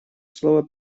слово